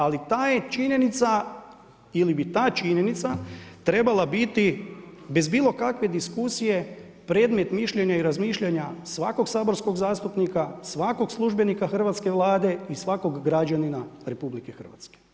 Ali ta je činjenica, ili bi ta činjenica trebala biti bez bilo kakve diskusije predmet mišljenja i razmišljanja svakog saborskog zastupnika, svakog službenika hrvatske Vlade i svakog građanina Republike Hrvatske.